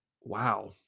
Wow